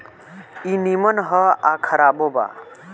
ई निमन ह आ खराबो बा